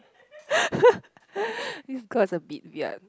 this girl's a bit weird